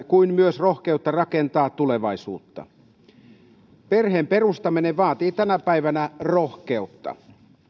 kuin myös rohkeutta rakentaa tulevaisuutta perheen perustaminen vaatii tänä päivänä rohkeutta